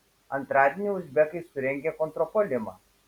antradienį uzbekai surengė kontrpuolimą